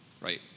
right